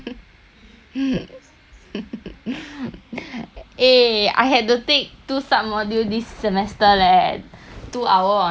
eh I had to take two submodule this semester leh two hour on thursday one care one lit